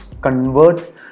converts